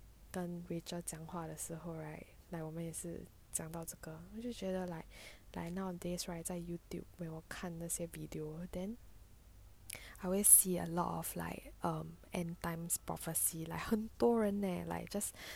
跟 rachel 讲话的时候 right like 我们也是讲到这个我就觉得 like nowadays right 在 youtube 我看那些 video then I always see a lot of like um and times prophecy like 很多人 leh like just